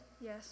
Yes